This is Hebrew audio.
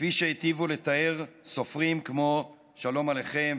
כפי שהיטיבו לתאר סופרים כמו שלום עליכם,